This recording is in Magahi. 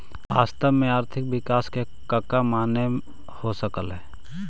वास्तव में आर्थिक विकास के कका माने हो सकऽ हइ?